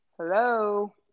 Hello